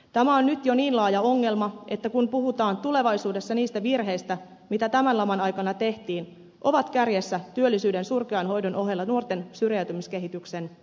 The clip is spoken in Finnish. tämä on nyt jo niin laaja ongelma että kun puhutaan tulevaisuudessa niistä virheistä joita tämän laman aikana tehtiin on kärjessä työllisyyden surkean hoidon ohella nuorten syrjäytymiskehityksen salliminen